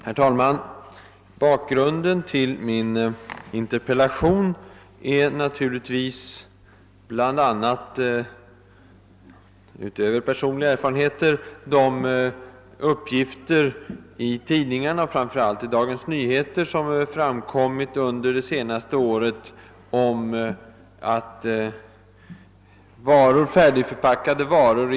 Herr talman! Bakgrunden till min interpellation är naturligtvis, utöver personliga erfarenheter, de uppgifter i tidningarna — framför allt i Dagens Nyheter :— som framkommit under det senaste året om att färdigförpackade varor.